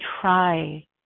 try